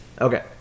Okay